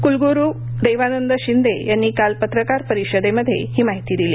क्लग्रू देवानंद शिंदे यांनी काल पत्रकार परिषदेमध्ये ही माहिती दिली